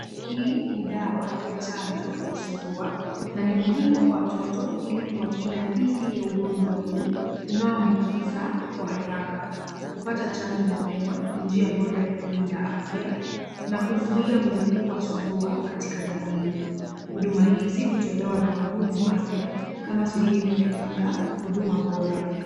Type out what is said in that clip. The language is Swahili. Hii ni dawa ya chanjo ya surua na ni muhimu kwa watoto ili kuwakinga dhidi ya ugonjwa huu unaoambukiza kwa haraka. Kupata chanjo mapema, ni njia bora ya kulinda afya na kuzuia mlipuko wa surua katika jamii. Huduma hizi hutolewa na wahudumu wa afya kama sehemu ya kukinga huduma bora.